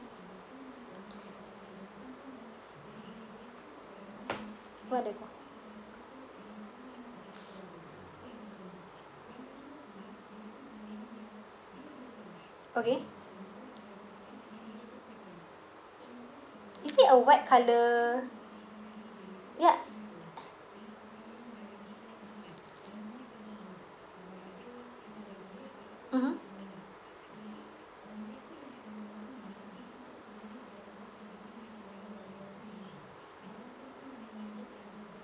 what are the okay is it a white color ya mmhmm